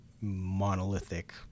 monolithic